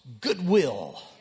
goodwill